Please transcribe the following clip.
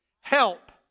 help